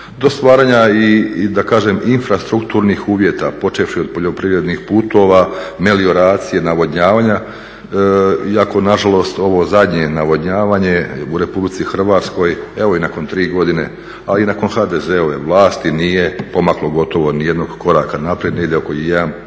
do stvaranja i da kažem infrastrukturnih uvjeta počevši od poljoprivrednih putova, melioracije, navodnjavanja iako nažalost ovo zadnje navodnjavanje u Republici Hrvatskoj evo i nakon tri godine a i nakon HDZ-ove vlasti nije pomaklo gotovo nijednog koraka naprijed, negdje